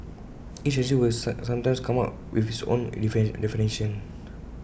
each agency will sometimes come up with its own definition